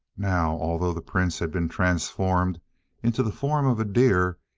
now, although the prince had been transformed into the form of a deer,